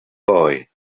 boy